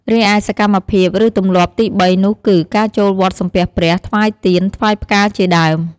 រីឯសកម្មភាព ឬទម្លាប់ទីបីនោះគឺ ការចូលវត្តសំពះព្រះ ថ្វាយទៀន ថ្វាយផ្កាជាដើម។